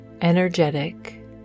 energetic